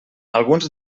alguns